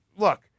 Look